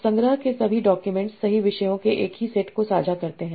संग्रह के सभी डॉक्यूमेंट्स सही विषयों के एक ही सेट को साझा करते हैं